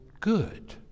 good